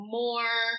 more